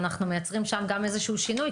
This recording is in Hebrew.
ואנחנו מייצרים שם גם איזשהו שינוי,